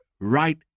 right